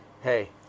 hey